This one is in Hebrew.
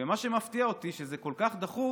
ומה שמפתיע אותי, שזה כל כך דחוף